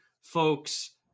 folks